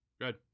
Good